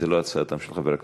זו לא הצעתם של חברי הכנסת.